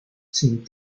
sin